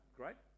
great